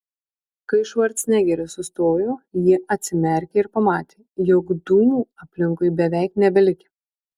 kai švarcnegeris sustojo ji atsimerkė ir pamatė jog dūmų aplinkui beveik nebelikę